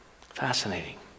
Fascinating